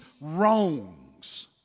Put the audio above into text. wrongs